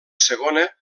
segona